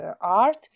art